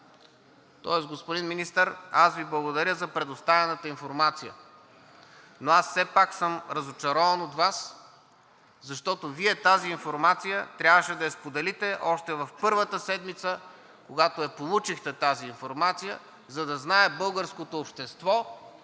Тоест, господин Министър, аз Ви благодаря за предоставената информация. Все пак съм разочарован от Вас, защото Вие тази информация трябваше да я споделите още в първата седмица, когато я получихте тази информация, за да знае българското общество